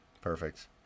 Perfect